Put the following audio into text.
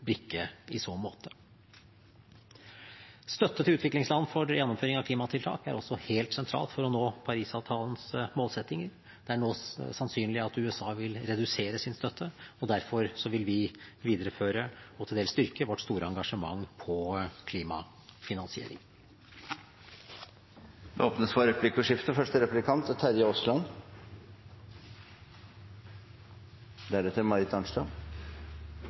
brikke i så måte. Støtte til utviklingsland for gjennomføring av klimatiltak er også helt sentralt for å nå Parisavtalens målsettinger. Det er nå sannsynlig at USA vil redusere sin støtte, og derfor vil vi videreføre og til dels styrke vårt store engasjement innen klimafinansiering. Det blir replikkordskifte. Det er